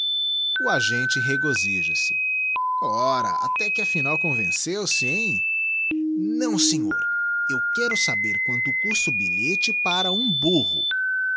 o agente regosija se ora até que afinal convenceu-se hein não senhor eu quero saber quanto custa o bilhete para um burro